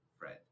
Fred